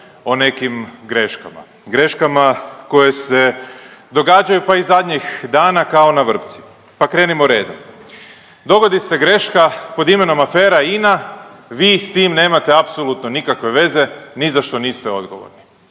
o nekim greškama, greškama koje se događaju, pa i zadnjih dana kao na vrpci, pa krenimo redom. Dogodi se greška pod imenom „Afera INA“, vi s tim nemate apsolutno nikakve veze, ni za što niste odgovorni.